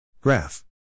Graph